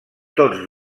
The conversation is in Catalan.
tots